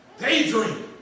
Daydream